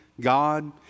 God